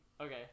Okay